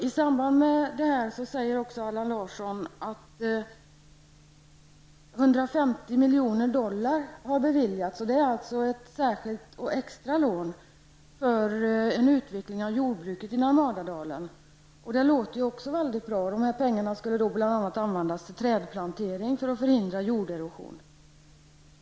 I samband med detta säger Allan Larsson att 150 miljoner dollar har beviljats. Det är ett särskilt och extra lån för utveckling av jordbruket i Narmadadalen. Det låter också bra. Pengarna skulle bl.a. användas till trädplantering för att förhindra jorderosion.